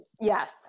yes